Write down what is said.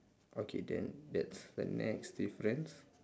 okay then that's the next difference